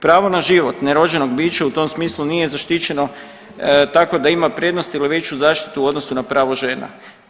Pravo na život nerođenog bića u tom smislu nije zaštićeno tako da ima prednost ili veće zaštitu u odnosu na pravo žena.